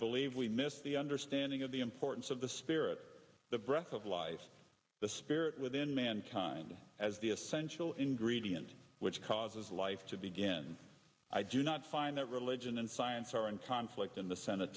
believe we missed the understanding of the importance of the spirit the breath of life the spirit within mankind as the essential ingredient which causes life to begin i do not find that religion and science are in conflict in the senate